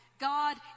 God